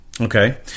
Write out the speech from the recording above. Okay